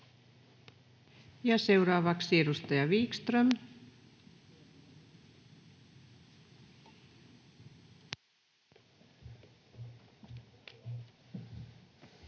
Ja seuraavakasi edustaja Wickström. [Speech